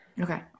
Okay